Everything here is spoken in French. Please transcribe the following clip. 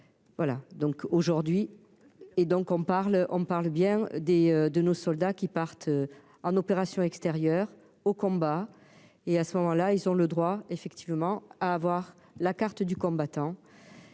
et donc on parle, on parle bien des de nos soldats qui partent en opérations extérieures au combat et à ce moment-là, ils ont le droit effectivement à avoir la carte du combattant